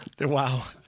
wow